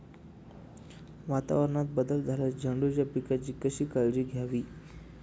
वातावरणात बदल झाल्यास झेंडूच्या पिकाची कशी काळजी घ्यावी?